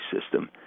system